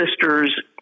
Sisters